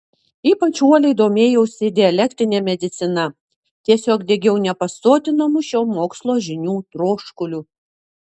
ypač uoliai domėjausi dialektine medicina tiesiog degiau nepasotinamu šio mokslo žinių troškuliu